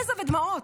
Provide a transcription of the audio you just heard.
יזע ודמעות.